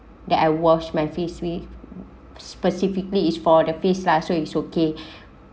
that I wash my face with specifically is for the face lah so it's okay